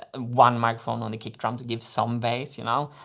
ah one microphone on the kick drum to give some bass, you know.